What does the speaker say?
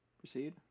proceed